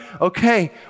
okay